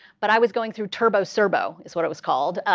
but i was going through turbo serbo is what it was called,